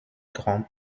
grand